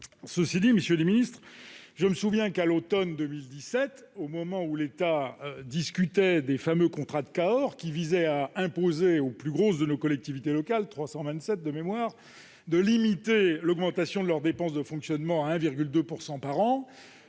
un problème. Mais je me souviens qu'à l'automne 2017, au moment où l'État discutait des fameux contrats de Cahors, qui visaient à imposer aux plus grosses de nos collectivités locales- 327 de mémoire -une augmentation de leurs dépenses de fonctionnement limitée à 1,2 % par an,